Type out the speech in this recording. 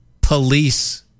police